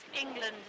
England